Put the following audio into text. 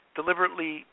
deliberately